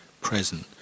present